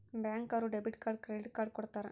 bank ಅವ್ರು debit card credit card ಕೊಡ್ತಾರ